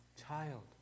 Child